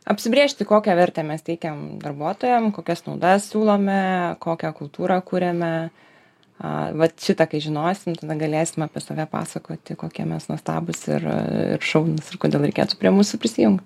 apsibrėžti kokią vertę mes teikiam darbuotojam kokias naudas siūlome kokią kultūrą kuriame a vat šitą kai žinosim tada galėsim apie save pasakoti kokie mes nuostabūs ir ir šaunūs ir kodėl reikėtų prie mūsų prisijungt